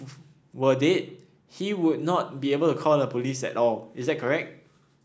were dead he would not be able to call the police at all is that correct